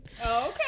Okay